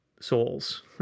souls